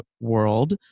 world